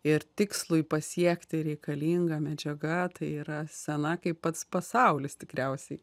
ir tikslui pasiekti reikalinga medžiaga tai yra sena kaip pats pasaulis tikriausiai